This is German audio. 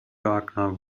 wagner